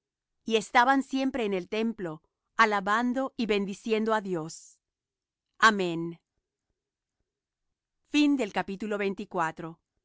y estaban siempre en el templo alabando y bendiciendo á dios amén